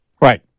Right